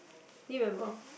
do you remember